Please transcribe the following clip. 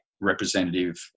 representative